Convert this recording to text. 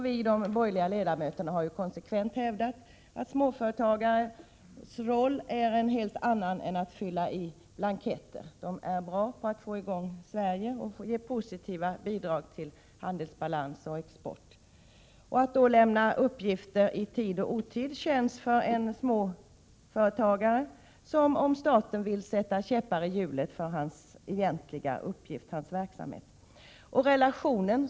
Vi borgerliga ledamöter har konsekvent hävdat att småföretagarnas roll är en helt annan än att fylla i blanketter; de är bra på att få i gång Sverige och ge positiva bidrag till handelsbalans och export. Men att lämna uppgifter i tid och otid känns för en småföretagare som om staten ville sätta käppar i hjulen för hans egentliga verksamhet.